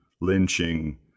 lynching